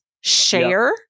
share